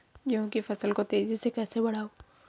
गेहूँ की फसल को तेजी से कैसे बढ़ाऊँ?